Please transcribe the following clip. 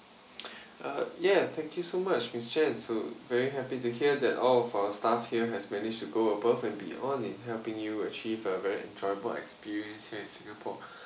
uh ya thank you so much miss jan so very happy to hear that all of our staff here has managed to go above and beyond in helping you achieve a very enjoyable experience here in singapore